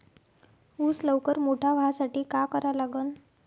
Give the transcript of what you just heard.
ऊस लवकर मोठा व्हासाठी का करा लागन?